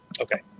Okay